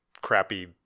crappy